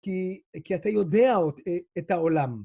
כי אתה יודע את העולם.